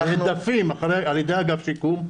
נהדפים על ידי אגף שיקום,